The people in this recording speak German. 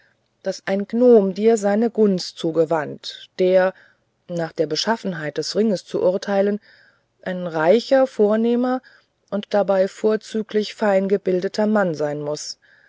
daß ein gnome dir seine gunst zugewandt der nach der beschaffenheit des ringes zu urteilen ein reicher vornehmer und dabei vorzüglich feingebildeter mann sein muß